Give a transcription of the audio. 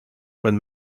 when